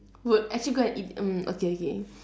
would actually go and eat mm okay okay